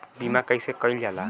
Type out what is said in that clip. बीमा कइसे कइल जाला?